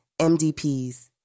MDPs